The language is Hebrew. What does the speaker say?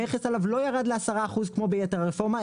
המכס עליו לא ירד לעשרה אחוז כמו ביתר הרפורמה,